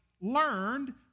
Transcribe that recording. learned